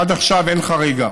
עד עכשיו אין חריגה.